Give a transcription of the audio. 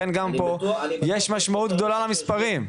יש משמעות גדולה למספרים.